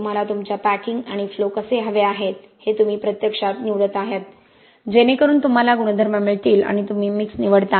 तुम्हाला तुमच्या पॅकिंग आणि फ्लो कसे हवे आहेत ते तुम्ही प्रत्यक्षात निवडत आहात जेणेकरून तुम्हाला गुणधर्म मिळतील आणि तुम्ही मिक्स निवडता